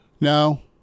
No